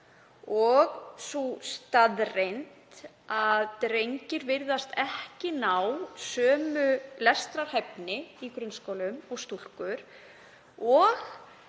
og sú staðreynd að þeir virðast ekki ná sömu lestrarhæfni í grunnskólum og stúlkur.